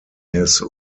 his